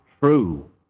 true